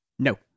No